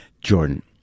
Jordan